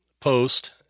post